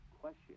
question